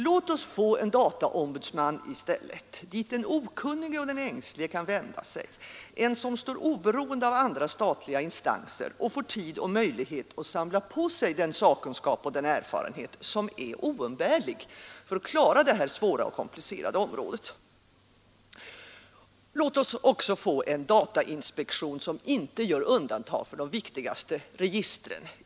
Låt oss få en dataombudsman i stället, dit den okunnige och ängslige kan vända sig, en som står oberoende av andra statliga instanser och får tid och möjlighet att samla på sig den sakkunskap och den erfarenhet som är oumbärliga för att man skall klara detta svåra och komplicerade område! Låt oss också få en datainspektion, som inte gör undantag för de viktigaste registren!